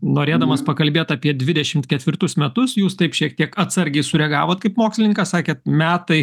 norėdamas pakalbėt apie dvidešimt ketvirtus metus jūs taip šiek tiek atsargiai sureagavot kaip mokslininkas sakėt metai